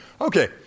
Okay